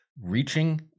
reaching